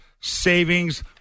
Savings